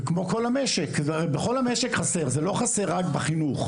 בכל המשק חסר, זה לא חסר רק בחינוך.